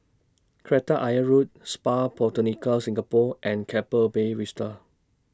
Kreta Ayer Road Spa Botanica Singapore and Keppel Bay Vista